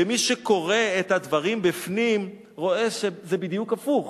ומי שקורא את הדברים בפנים, רואה שזה בדיוק הפוך: